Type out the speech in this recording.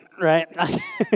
Right